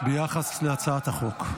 ביחס להצעת החוק.